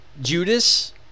Judas